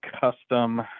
Custom